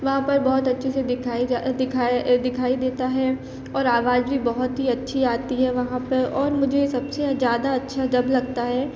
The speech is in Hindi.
वहाँ पर बहुत अच्छे से दिखाई जा अ दिखाया अ दिखाई देता है और आवाज भी बहुत ही अच्छी आती है वहाँ पर और मुझे सबसे जादा अच्छा जब लगता है